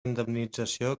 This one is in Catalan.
indemnització